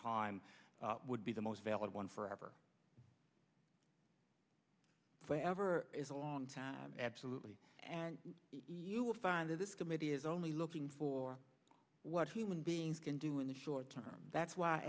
time would be the most valid one forever forever is a long time absolutely and you will find that this committee is only looking for what human beings can do in the short term that's why i